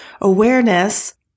Awareness